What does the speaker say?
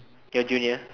your junior